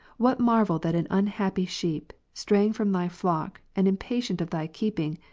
what marvel that an unhappy sheep, straying from thy flock, and impatient of thy keeping,